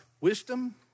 wisdom